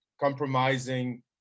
compromising